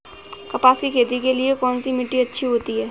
कपास की खेती के लिए कौन सी मिट्टी अच्छी होती है?